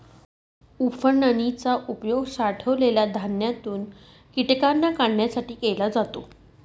उफणनी चा उपयोग साठवलेल्या धान्यातून कीटकांना काढण्यासाठी केला जातो